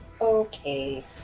Okay